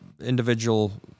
individual